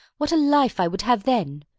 what a life i would have then!